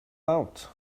out